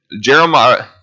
Jeremiah